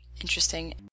Interesting